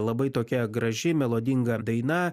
labai tokia graži melodinga daina